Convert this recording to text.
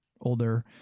older